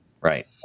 Right